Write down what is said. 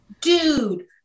Dude